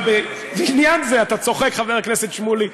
אבל בעניין זה, אתה צוחק, חבר הכנסת שמולי.